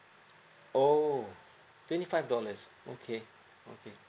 oh twenty five dollars okay okay